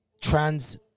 trans